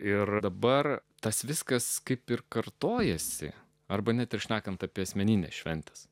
ir dabar tas viskas kaip ir kartojasi arba ne tik šnekant apie asmenines šventes